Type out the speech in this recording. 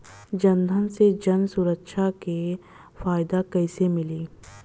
जनधन से जन सुरक्षा के फायदा कैसे मिली?